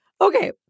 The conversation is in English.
Okay